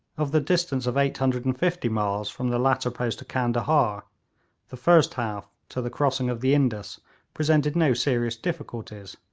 of the distance of eight hundred and fifty miles from the latter post to candahar the first half to the crossing of the indus presented no serious difficulties,